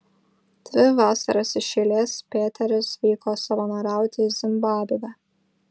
dvi vasaras iš eilės pėteris vyko savanoriauti į zimbabvę